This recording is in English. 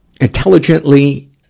intelligently